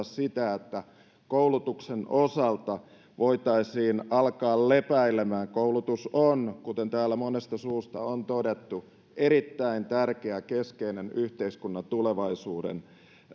sitä että koulutuksen osalta voitaisiin alkaa lepäilemään koulutus on kuten täällä monesta suusta on todettu erittäin tärkeä keskeinen yhteiskunnan tulevaisuuden